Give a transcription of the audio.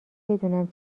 بدونم